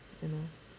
you know